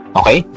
okay